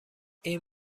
این